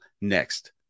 next